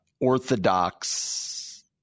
orthodox